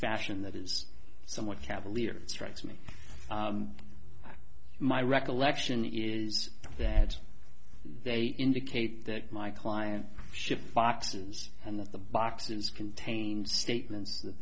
fashion that is somewhat cavalier strikes me my recollection is that they indicate that my client ship boxes and the boxes contained statements that